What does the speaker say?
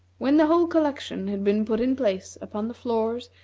when the whole collection had been put in place upon the floors,